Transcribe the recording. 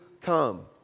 come